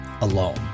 alone